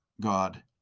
god